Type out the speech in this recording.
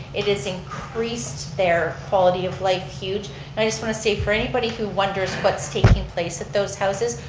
it has increased their quality of life huge and i just want to say for anybody who wonders what's taking place at those houses,